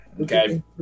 okay